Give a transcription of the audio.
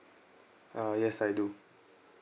ah yes I do